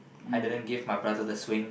I didn't give my brother the swing